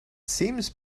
seems